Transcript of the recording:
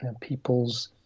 people's